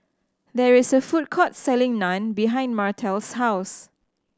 there is a food court selling Naan behind Martell's house